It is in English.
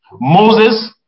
Moses